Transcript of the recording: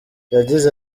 yagize